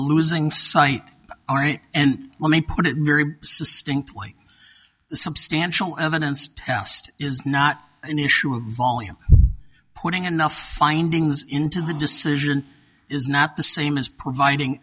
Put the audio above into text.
losing sight all right and let me put it very stinky like the substantial evidence test is not an issue of volume putting enough findings into the decision is not the same as providing